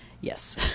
yes